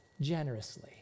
generously